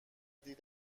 دید